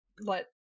let